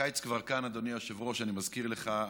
הקיץ כבר כאן, אדוני היושב-ראש, אני מזכיר לך.